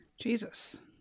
Jesus